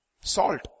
Salt